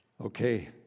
Okay